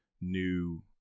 new